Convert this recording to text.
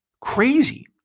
crazy